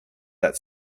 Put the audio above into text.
that